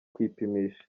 kwipimisha